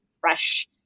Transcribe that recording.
fresh